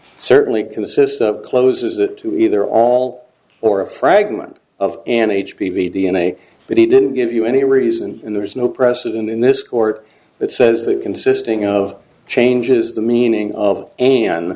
certainly consists of closes it to either all or a fragment of an h p v d n a but he didn't give you any reason and there's no precedent in this court that says that consisting of changes the meaning of an